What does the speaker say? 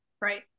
Right